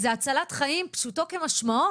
זה הצלת חיים פשוטו כמשמעו